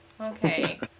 Okay